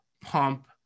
pump